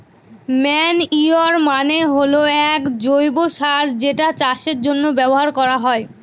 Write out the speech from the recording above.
manure মানে হল এক জৈব সার যেটা চাষের জন্য ব্যবহার করা হয়